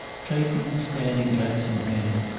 clayton, standing glass in hand,